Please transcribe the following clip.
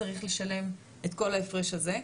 צריך לשלם את כל ההפרש הזה.